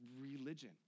religion